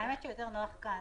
האמת היא שהרבה יותר נוח כאן.